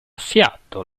seattle